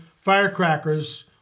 firecrackers